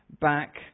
back